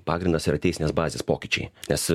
pagrindas yra teisinės bazės pokyčiai nes